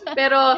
pero